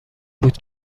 بود